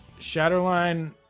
Shatterline